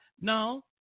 no